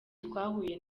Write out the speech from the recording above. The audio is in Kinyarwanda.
twahuye